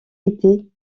été